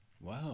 Wow